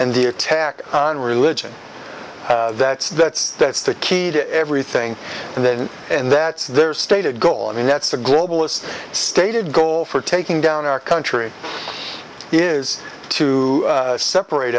and the attack on religion that's that's that's the key to everything and then and that's their stated goal and that's the globalist stated goal for taking down our country is to separate